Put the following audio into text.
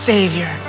Savior